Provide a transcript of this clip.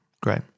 great